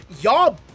y'all